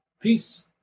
Peace